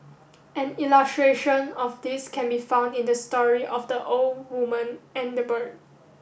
an illustration of this can be found in the story of the old woman and the bird